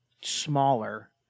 smaller